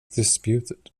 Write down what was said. disputed